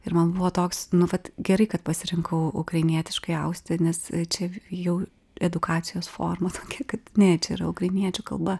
ir man buvo toks nu vat gerai kad pasirinkau ukrainietiškai austi nes čia jau edukacijos formos kad ne čia yra ukrainiečių kalba